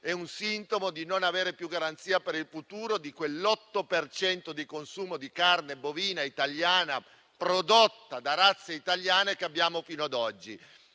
è sintomo di non avere più garanzia per il futuro di quell'8 per cento di consumo di carne bovina italiana prodotta da razze italiane che abbiamo fino ad oggi.